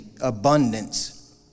Abundance